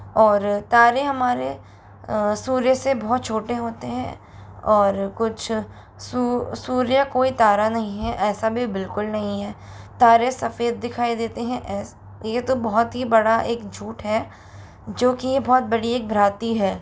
और तारे हमारे सूर्य से बहुत छोटे होते हैं और कुछ सू सूर्य कोई तारा नहीं है ऐसा भी बिल्कुल नहीं है तारे सफ़ेद दिखाई देते हैं ऐसा ये तो बहुत ही बड़ा एक झूठ है जो कि ये बहुत बड़ी एक भ्रांति है